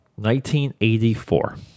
1984